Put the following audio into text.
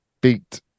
beat